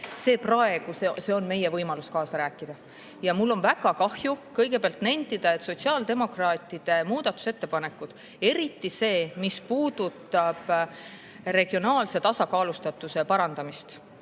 See on praegu meie võimalus kaasa rääkida. Ja mul on väga kahju kõigepealt nentida, et sotsiaaldemokraatide muudatusettepanekud, sealhulgas see, mis puudutab regionaalse tasakaalustatuse parandamist,